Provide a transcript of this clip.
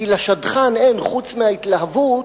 כי לשדכן אין, חוץ מההתלהבות,